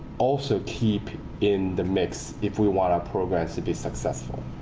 also keep in the mix if we want our programs to be successful.